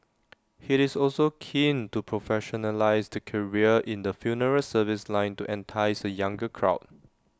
he is also keen to professionalise the career in the funeral service line to entice A younger crowd